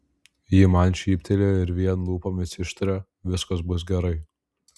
ji man šyptelėjo ir vien lūpomis ištarė viskas bus gerai